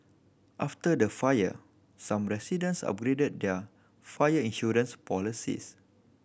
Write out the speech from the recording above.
after the fire some residents upgraded their fire insurance policies